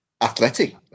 Athletic